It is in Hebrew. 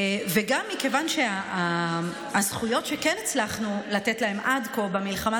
וגם מכיוון שהזכויות שכן הצלחנו לתת להן עד כה במלחמה,